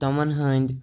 تِمَن ہٕنٛدۍ